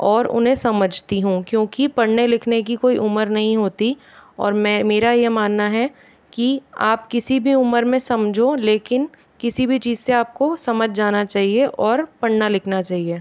और उन्हें समझती हूँ क्योंकि पढ़ने लिखने की कोई उम्र नहीं होती और मैं मेरा ये मानना है कि आप किसी भी उम्र मे समझो लेकिन किसी भी चीज़ से आपको समझ जाना चाहिए और पढ़ना लिखना चाहिए